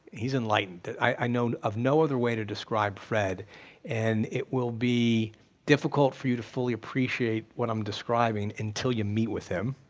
he's enlightened. i know of no other way to describe fred and it will be difficult for you to fully appreciate what i'm describing until you meet with him,